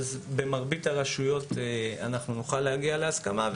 במרבית הרשויות נוכל להגיע להסכמה.